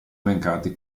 elencati